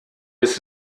ist